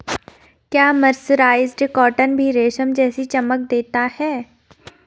क्या mercerised cotton भी रेशम जैसी चमक देता है?